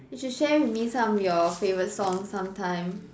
you should share with me some of your favourite song some time